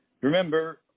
remember